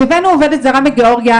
אז הבאנו עובדת זרה מגיאורגיה,